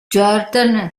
jordan